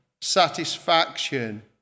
satisfaction